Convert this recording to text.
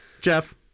Jeff